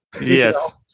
Yes